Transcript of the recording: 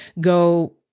go